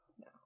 No